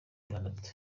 itandatu